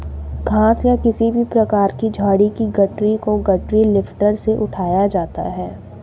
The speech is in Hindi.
घास या किसी भी प्रकार की झाड़ी की गठरी को गठरी लिफ्टर से उठाया जाता है